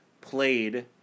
played